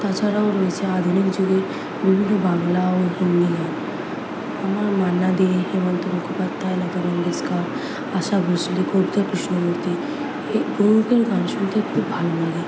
তাছাড়াও রয়েছে আধুনিক যুগের বিভিন্ন বাংলা ও হিন্দি গান আমার মান্না দে হেমন্ত মুখোপাধ্যায় লতা মঙ্গেশকর আশা ভোঁসলে কবিতা কৃষ্ণমূর্তি প্রমুখের গান শুনতে খুব ভালো লাগে